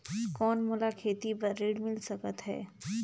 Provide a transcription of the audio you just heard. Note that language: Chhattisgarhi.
कौन मोला खेती बर ऋण मिल सकत है?